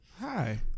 Hi